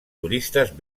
turistes